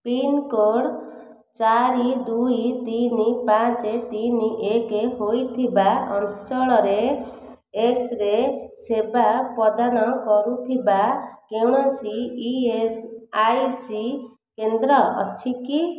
pincode ଚାରି ଦୁଇ ତିନି ପାଞ୍ଚ ତିନି ଏକ ହୋଇଥିବା ଅଞ୍ଚଳରେ ଏକ୍ସରେ ସେବା ପ୍ରଦାନ କରୁଥିବା କୌଣସି ଇ ଏସ୍ ଆଇ ସି କେନ୍ଦ୍ର ଅଛି କି